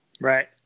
Right